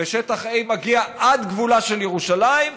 ושטח A מגיע עד גבולה של ירושלים,